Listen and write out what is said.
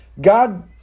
God